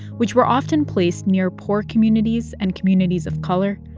which were often placed near poor communities and communities of color,